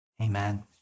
Amen